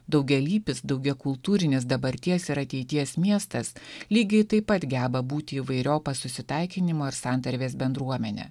daugialypis daugiakultūrinis dabarties ir ateities miestas lygiai taip pat geba būti įvairiopa susitaikinimo ir santarvės bendruomene